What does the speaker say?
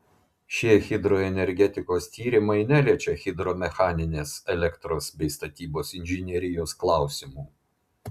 šie hidroenergetikos tyrimai neliečia hidromechaninės elektros bei statybos inžinerijos klausimų